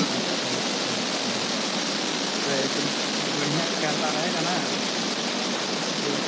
अच्छा अच्छा अच्छा तो एकदम बढ़िया कैमरा रहेगा न जी